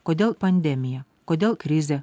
kodėl pandemija kodėl krizė